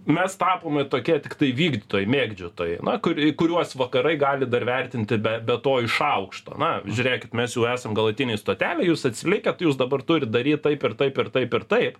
mes tapome tokie tiktai vykdytojai mėgdžiotojai na kuri į kuriuos vakarai gali dar vertinti be be to iš aukšto na žiūrėkit mes jau esam galutinėj stotelėj jūs atsilikę tai jūs dabar turit daryt taip ir taip ir taip ir taip